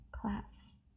class